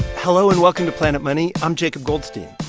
hello, and welcome to planet money. i'm jacob goldstein.